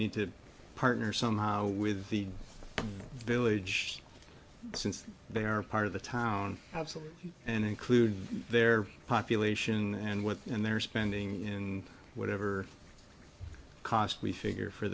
need to partner somehow with the village since they are part of the town absolute and include their population and what and their spending in whatever cost we figure for